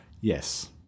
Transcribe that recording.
Yes